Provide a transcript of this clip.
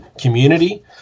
community